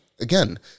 again